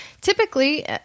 typically